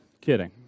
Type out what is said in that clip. Kidding